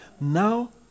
Now